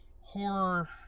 horror